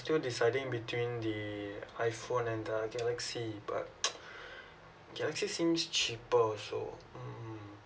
still deciding between the iphone and the galaxy but galaxy seems cheaper also mm